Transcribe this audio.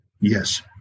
Yes